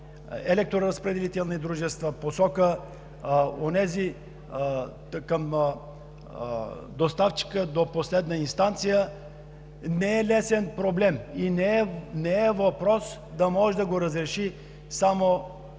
електроразпределителни дружества, посока доставчика до последна инстанция, не е лесен проблем и не е въпрос, който може да го разреши